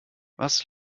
was